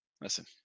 listen